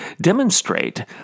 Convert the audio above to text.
demonstrate